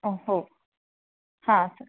हो हां सर